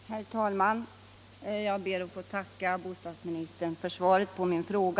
Herr talman! Jag ber att få tacka bostadsministern för svaret på min fråga.